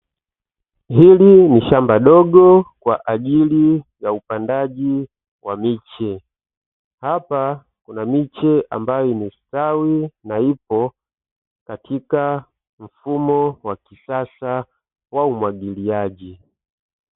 Hili ni shamba dogo kwa ajili ya upandaji wa miche, hapa kuna miche ambayo imestawi na ipo katika mfumo wa kisasa wa umwagiliaji.